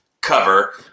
cover